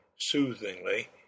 soothingly